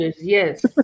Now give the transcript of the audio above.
yes